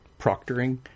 proctoring